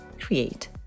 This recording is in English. create